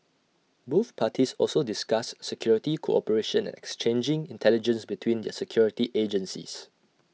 both parties also discussed security cooperation and exchanging intelligence between their security agencies